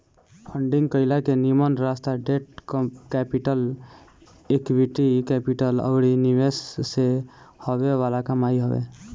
funding कईला के निमन रास्ता डेट कैपिटल, इक्विटी कैपिटल अउरी निवेश से हॉवे वाला कमाई हवे